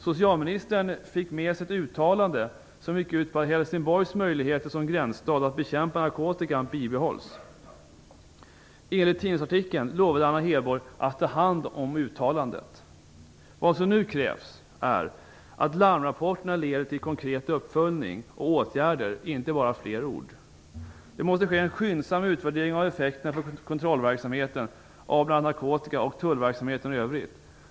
Socialministern fick med sig ett uttalande som gick ut på att Helsingborgs möjligheter som gränsstad att bekämpa narkotikan bibehålls. Enligt tidningsartikeln lovade Anna Hedborg att ta hand om uttalandet. Vad som nu krävs är att larmrapporterna leder till en konkret uppföljning och åtgärder, inte bara fler ord. Det måste ske en skyndsam utvärdering av effekterna för kontrollverksamheten av bl.a. narkotika och tullverksamheten i övrigt.